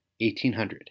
1800